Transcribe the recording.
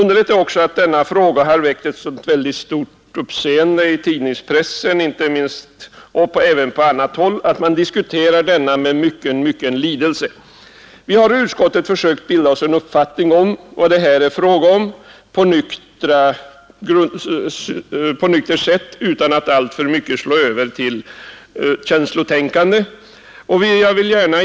Underligt är också att denna fråga har väckt ett så stort uppseende i tidningspressen och även på annat håll att man diskuterar den med mycken lidelse. Vi har i utskottet försökt bilda oss en uppfattning om vad det här är fråga om — på ett nyktert sätt, utan att alltför mycket slå över i känslotänkande.